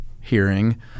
hearing